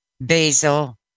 basil